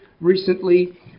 Recently